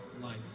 life